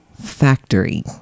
factory